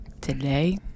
today